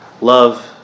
love